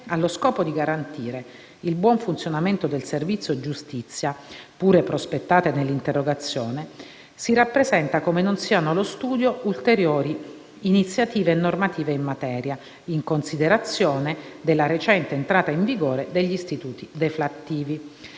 allo scopo di garantire il buon funzionamento del servizio giustizia - pure prospettate nell'interrogazione - si rappresenta come non siano allo studio ulteriori iniziative normative in materia, in considerazione della recente entrata in vigore degli istituti deflattivi.